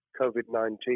COVID-19